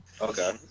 Okay